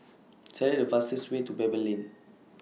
Select The fastest Way to Pebble Lane